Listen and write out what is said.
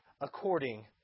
according